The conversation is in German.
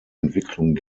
entwicklung